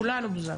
כולנו בוזגלו.